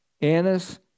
Annas